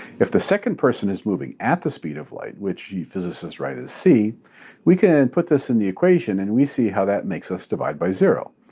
if the second person is moving at the speed of light which physicists write as c we can put this in the equation and we see how that makes us divide by zero.